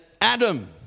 Adam